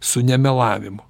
su nemelavimo